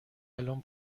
الان